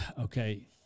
okay